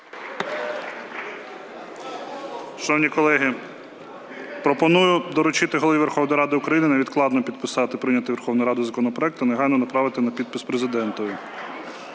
Шановні колеги, пропоную доручити Голові Верховної Ради України невідкладно підписати прийнятий Верховною Радою законопроект та негайно направити на підпис Президентові.